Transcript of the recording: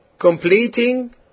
completing